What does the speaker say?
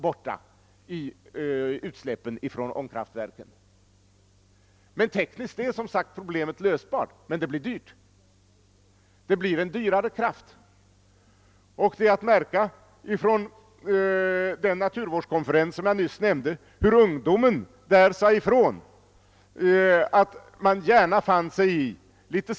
Det skulle inte fullgöra sin plikt utan begå tjänstefel, om det inte strävade efter att omsätta så gott som varje droppe vatten till vattenkraft. Men Vattenfall är bara en institution.